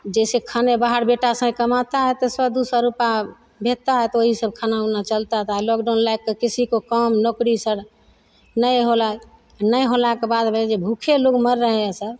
जैसे खाने बाहर बेटा सांय कमाता है तो सओ दू सओ रूपैआ देता है तो वही सब खाना उना चलता है लॉकडाउन लागिकऽ किसी को काम नौकरी सर नहि होलय नहि होलाक बाद जे भूखे लोग मर रहे सब